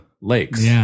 Lakes